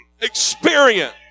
experience